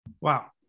Wow